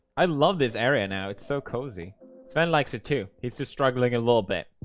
i love this area. now. it's so cozy sven likes it too. he's just struggling a little bit